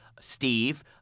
Steve